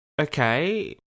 Okay